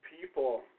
people